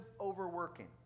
overworking